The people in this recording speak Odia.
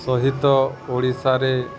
ସହିତ ଓଡ଼ିଶାରେ